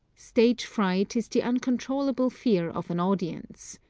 stage fright is the uncontrollable fear of an audience.